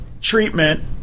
treatment